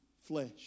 flesh